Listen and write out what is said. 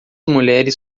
mulheres